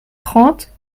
trente